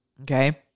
Okay